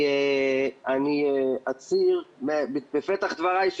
אצהיר בפתח דברי,